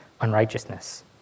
unrighteousness